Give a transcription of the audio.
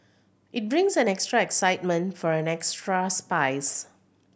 it brings an extra excitement for an extra spice